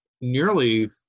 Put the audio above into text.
nearly